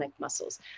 muscles